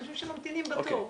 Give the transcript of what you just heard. יש אנשים שממתינים בתור.